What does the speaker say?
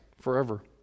forever